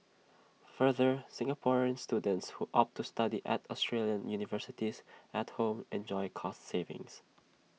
further Singaporean students who opt to study at Australian universities at home enjoy cost savings